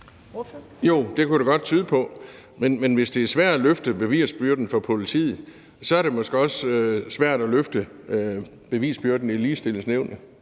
Jo, det kunne det godt tyde på. Men hvis det er svært at løfte bevisbyrden for politiet, er det måske også svært at løfte bevisbyrden i Ligebehandlingsnævnet.